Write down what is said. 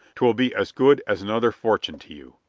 twill be as good as another fortune to you.